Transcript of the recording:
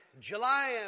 July